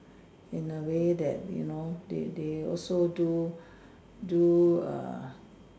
in a way that you know they they also do do err